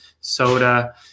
soda